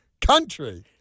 country